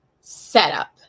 setup